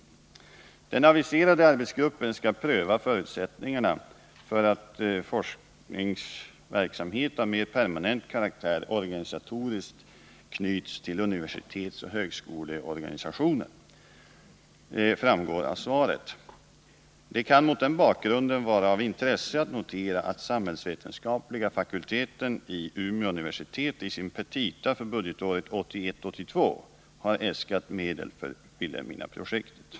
Den aviserade arbetsgruppen skall pröva förutsättningarna för att forskningsverksamhet av mer permanent karaktär organisatoriskt knyts till universitetsoch högskoleorganisationen. Det kan mot den bakgrunden vara av intresse att notera att samhällsvetenskapliga fakulteten vid Umeå universitet i sina petita för budgetåret 1981/82 äskat medel för Vilhelminaprojektet.